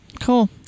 cool